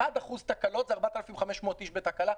1% תקלות זה 4,500 איש בתקלה.